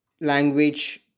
language